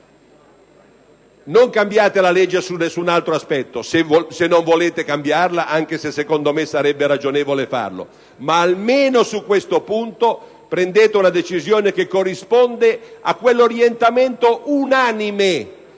Non cambiate la legge su alcun altro aspetto se non volete cambiarla, anche se secondo me sarebbe ragionevole farlo, ma almeno su questo punto prendete una decisione che corrisponda all'orientamento unanime